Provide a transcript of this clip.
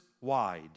wide